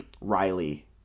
Riley